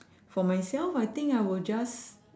for myself I think I would just